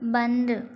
बंदि